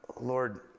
Lord